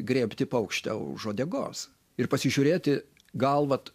griebti paukštę už uodegos ir pasižiūrėti gal vat